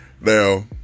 now